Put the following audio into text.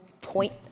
point